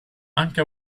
anche